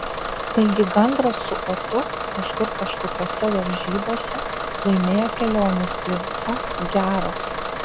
taigi gandras su otu kažkur kažkokiose varžybose laimėjo keliones dvi ach geras